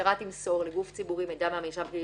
שהמשטרה תמסור לגוף ציבורי מידע מן המרשם הפלילי